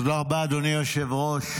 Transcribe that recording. תודה רבה, אדוני היושב-ראש.